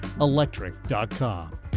Electric.com